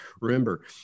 Remember